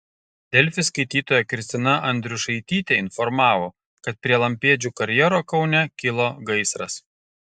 delfi skaitytoja kristina andriušaitytė informavo kad prie lampėdžių karjero kaune kilo gaisras